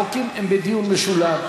רבותי, כל החוקים הם בדיון משולב.